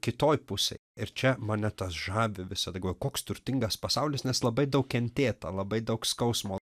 kitoj pusėj ir čia mane tas žavi visada galvoju koks turtingas pasaulis nes labai daug kentėta labai daug skausmo